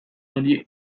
hori